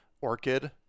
orchid